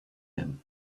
him